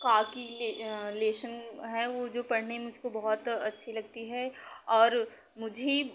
काकी लेशन हैं वो जो पढ़नी मुझको बहुत अच्छी लगती है और मुझी